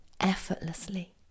effortlessly